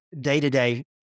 day-to-day